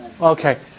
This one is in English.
Okay